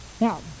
Now